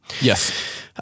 Yes